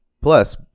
plus